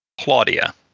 Claudia